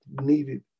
needed